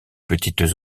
petites